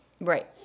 Right